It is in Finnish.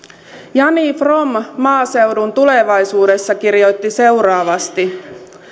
jani from maaseudun tulevaisuudessa kirjoitti seuraavasti